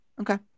Okay